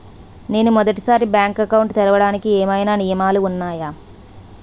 నేను మొదటి సారి బ్యాంక్ అకౌంట్ తెరవడానికి ఏమైనా నియమాలు వున్నాయా?